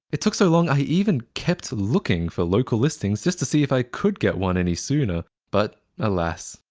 it took so long, i even kept looking for local listings just to see if i could get one any sooner. but alas.